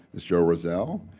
is joe rozell,